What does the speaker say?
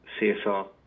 CSR